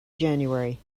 january